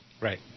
Right